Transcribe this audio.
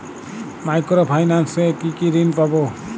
Micro finance এ কি কি ঋণ পাবো?